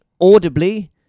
audibly